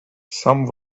some